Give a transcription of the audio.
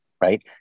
right